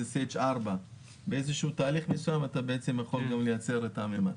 זה CH4. באיזה שהוא תהליך מסוים אפשר גם לייצר את המימן.